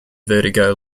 vertigo